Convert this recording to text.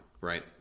right